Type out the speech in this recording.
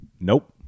nope